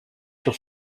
sur